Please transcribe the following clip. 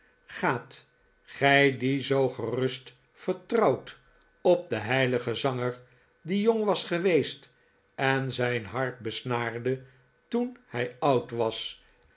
gaat gij die zoo gerust vertrouwt op den heiligen zanger die jong was geweest en zijn harp besnaarde toen hij oud was